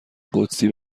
قدسی